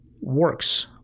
works